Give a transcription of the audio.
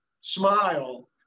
smile